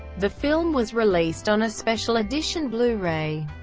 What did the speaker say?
the film was released on a special edition blu-ray,